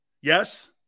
Yes